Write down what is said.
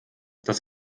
das